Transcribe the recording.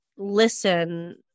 listen